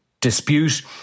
dispute